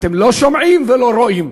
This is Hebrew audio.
אתם לא שומעים ולא רואים.